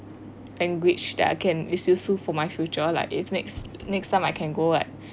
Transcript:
language that I can use useful for my future like if next next time I can go right